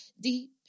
deep